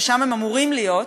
ששם הם אמורים להיות,